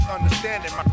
Understanding